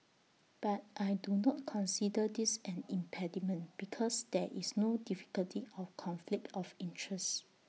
but I do not consider this an impediment because there is no difficulty of conflict of interest